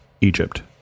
Egypt